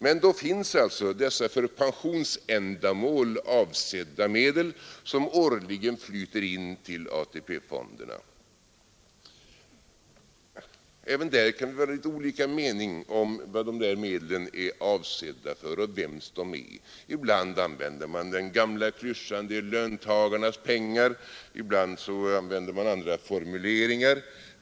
Men då finns alltså dessa för pensionsändamål avsedda medel som årligen flyter in till AP-fonderna. Även där kan vi ha olika meningar om vad medlen är avsedda för och vems de är. Ibland använder man den gamla klyschan ”det är löntagarnas pengar”, ibland använder man andra formuleringar.